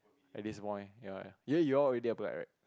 at this point ya yeah you'll already applied right